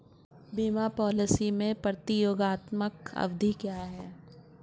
बीमा पॉलिसी में प्रतियोगात्मक अवधि क्या है?